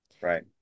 Right